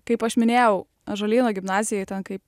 kaip aš minėjau ąžuolyno gimnazijoj ten kai